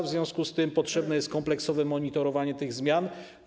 W związku z tym potrzebne jest kompleksowe monitorowanie tych zmian.